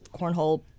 cornhole